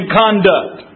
conduct